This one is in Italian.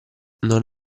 non